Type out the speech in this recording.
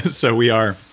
so we are,